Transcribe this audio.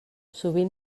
sovint